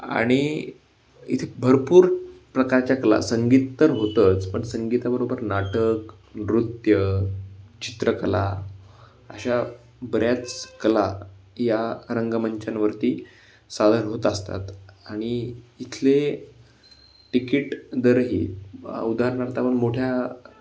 आणि इथे भरपूर प्रकारच्या कला संगीत तर होतंच पण संगीताबरोबर नाटक नृत्य चित्रकला अशा बऱ्याच कला या रंगमंचांवरती सादर होत असतात आणि इथले टिकीट दरही उदाहरणार्थ आपण मोठ्या